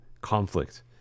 conflict